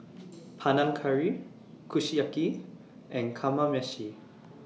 Panang Curry Kushiyaki and Kamameshi